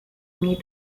meet